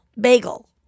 Bagel